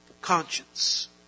conscience